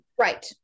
Right